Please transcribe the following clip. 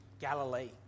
Galilee